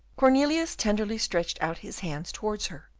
cornelius tenderly stretched out his hands towards her,